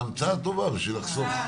זו המצאה טובה, בשביל לחסוך.